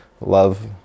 love